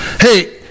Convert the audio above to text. hey